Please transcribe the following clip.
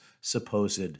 supposed